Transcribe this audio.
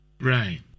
Right